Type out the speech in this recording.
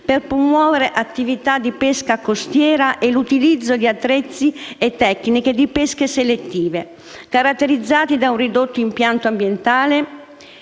per promuovere attività di pesca costiera e l'utilizzo di attrezzi e tecniche di pesca selettivi, caratterizzati da un ridotto impatto ambientale,